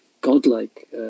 godlike